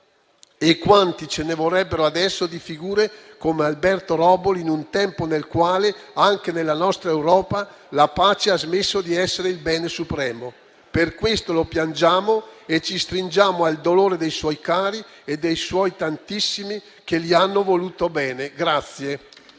e quante ce ne vorrebbero adesso di figure come Alberto Robol, in un tempo nel quale, anche nella nostra Europa, la pace ha smesso di essere il bene supremo. Per questo lo piangiamo e ci stringiamo al dolore dei suoi cari e dei tantissimi che gli hanno voluto bene.